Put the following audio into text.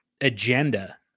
agenda